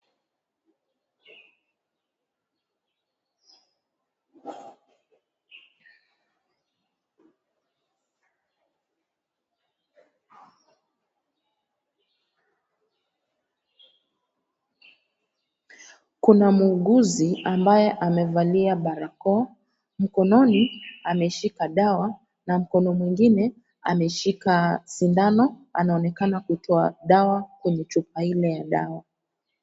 Kuna muuguzi ambaye amevalia barakoa, mkononi ameshika dawa na mkono mwingine ameshika sindano. Anaonekana kutoa dawa kwenye chupa ile ya dawa.